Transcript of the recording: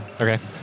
Okay